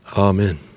Amen